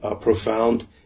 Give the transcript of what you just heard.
profound